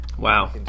Wow